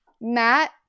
Matt